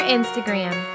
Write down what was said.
Instagram